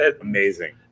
Amazing